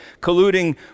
colluding